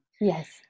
Yes